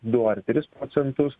du ar tris procentus